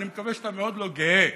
ואני מקווה שאתה מאוד לא גאה